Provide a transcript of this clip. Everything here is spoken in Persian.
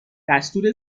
دستور